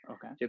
Okay